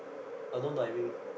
unknown diving